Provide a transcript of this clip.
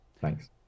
Thanks